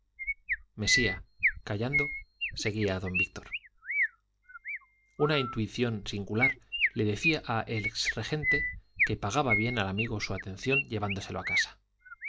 mesía callando seguía a don víctor una intuición singular le decía al ex regente que pagaba bien al amigo su atención llevándoselo a casa